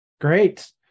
Great